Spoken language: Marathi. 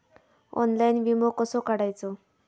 ऑनलाइन विमो कसो काढायचो?